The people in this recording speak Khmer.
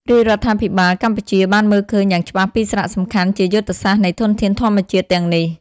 រាជរដ្ឋាភិបាលកម្ពុជាបានមើលឃើញយ៉ាងច្បាស់ពីសារៈសំខាន់ជាយុទ្ធសាស្ត្រនៃធនធានធម្មជាតិទាំងនេះ។